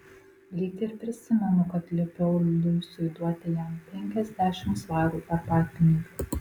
lyg ir prisimenu kad liepiau luisai duoti jam penkiasdešimt svarų arbatpinigių